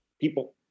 People